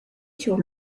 sur